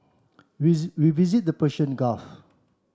we visited the Persian Gulf